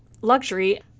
luxury